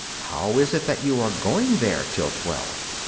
how is it that you are going there till twelve?